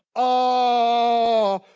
oh,